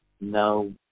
no